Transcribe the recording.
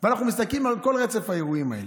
ואנחנו מסתכלים על כל רצף האירועים האלה,